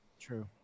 True